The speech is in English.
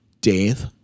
Dave